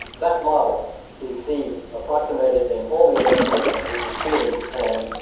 that model we see approximated in all the industrial countries, we see it in japan,